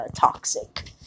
toxic